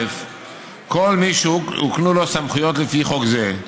כל מי שהוקנו לו סמכויות לפי חוק זה,